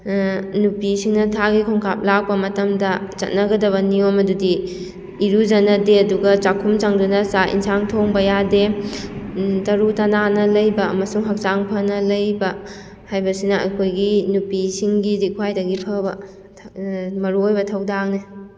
ꯅꯨꯄꯤꯁꯤꯡꯅ ꯊꯥꯒꯤ ꯈꯣꯡꯀꯥꯞ ꯂꯥꯛꯄ ꯃꯇꯝꯗ ꯆꯠꯅꯒꯗꯕ ꯅꯤꯌꯣꯝ ꯑꯗꯨꯗꯤ ꯏꯔꯨꯖꯅꯗꯦ ꯑꯗꯨꯒ ꯆꯥꯛꯈꯨꯝ ꯆꯪꯗꯨꯅ ꯆꯥꯛ ꯏꯟꯁꯥꯡ ꯊꯣꯡꯕ ꯌꯥꯗꯦ ꯇꯔꯨ ꯇꯅꯥꯟꯅ ꯂꯩꯕ ꯑꯃꯁꯨꯡ ꯍꯛꯆꯥꯡ ꯐꯅ ꯂꯩꯕ ꯍꯥꯏꯕꯁꯤꯅ ꯑꯩꯈꯣꯏꯒꯤ ꯅꯨꯄꯤꯁꯤꯡꯒꯤꯗꯤ ꯈ꯭ꯋꯥꯏꯗꯒꯤ ꯐꯕ ꯃꯔꯨꯑꯣꯏꯕ ꯊꯧꯗꯥꯡꯅꯤ